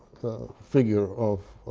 figure of